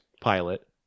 pilot